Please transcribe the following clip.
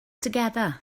together